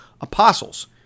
apostles